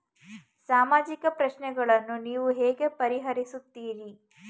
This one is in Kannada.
ಸಾಮಾಜಿಕ ಪ್ರಶ್ನೆಗಳನ್ನು ನೀವು ಹೇಗೆ ಪರಿಹರಿಸುತ್ತೀರಿ?